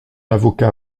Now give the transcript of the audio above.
avocat